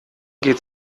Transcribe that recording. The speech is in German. geht